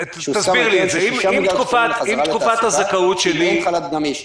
הוסכם על 6 מיליארד שקלים לחזרה לתעסוקה ובזה אין חל"ת גמיש,